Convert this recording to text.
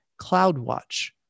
CloudWatch